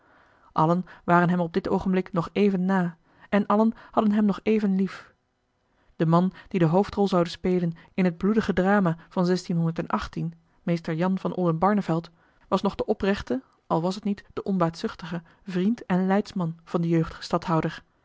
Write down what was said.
allen waren hem op dit oogenblik nog even na en allen hadden hem nog even lief de man die de hoofdrol zoude spelen in het bloedige drama van r an van oldenbarneveld was nog de oprechte al was het niet de onbaatzuchtige vriend en leidsman van den jeugdigen stadhouder